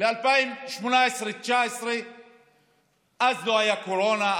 ל-2018 2019. אז לא הייתה קורונה,